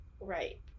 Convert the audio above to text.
Right